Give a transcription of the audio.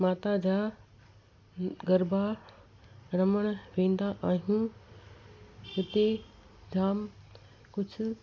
माता जा गरबा रमण वेंदा आहियूं हिते जाम कुझु